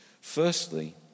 firstly